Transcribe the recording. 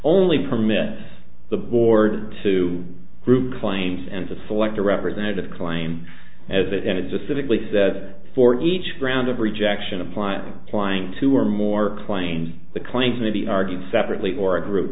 only permit the board to group claims and to select a representative claim as it ended just civically that for each round of rejection applying flying two or more claims the claim to be argued separately or a group